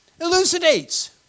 elucidates